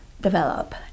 develop